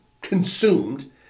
consumed